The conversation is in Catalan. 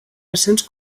recents